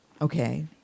okay